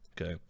Okay